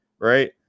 right